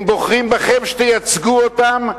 הם בוחרים בכם שתייצגו אותם.